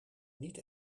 niet